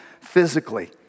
physically